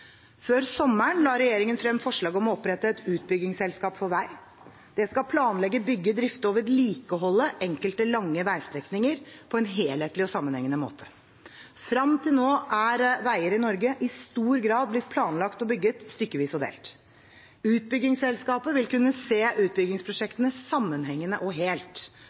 Før sommeren la regjeringen frem forslag om å opprette et utbyggingsselskap for vei. Det skal planlegge, bygge, drifte og vedlikeholde enkelte lange veistrekninger på en helhetlig og sammenhengende måte. Frem til nå er veier i Norge i stor grad blitt planlagt og bygget stykkevis og delt. Utbyggingsselskapet vil kunne se utbyggingsprosjektene sammenhengende og helt.